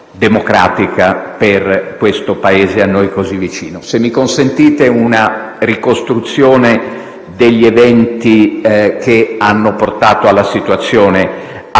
democratica per questo Paese a noi così vicino. Se mi consentite, passo a una ricostruzione degli eventi che hanno portato alla situazione